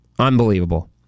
Unbelievable